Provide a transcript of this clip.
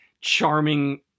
charming